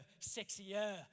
sexier